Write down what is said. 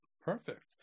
Perfect